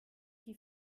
die